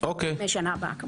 בשנה הבאה.